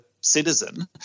citizen